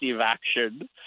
action